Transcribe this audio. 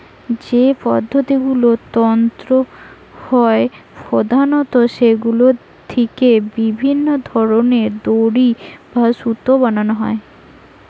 যে পাতাগুলো তন্তু হয় প্রধানত সেগুলো থিকে বিভিন্ন ধরনের দড়ি বা সুতো বানানা হয়